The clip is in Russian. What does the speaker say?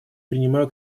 принимаю